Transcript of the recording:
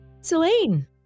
Celine